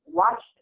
watch